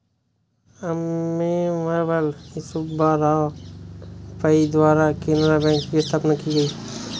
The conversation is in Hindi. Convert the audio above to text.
अम्मेम्बल सुब्बा राव पई द्वारा केनरा बैंक की स्थापना की गयी